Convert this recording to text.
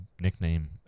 nickname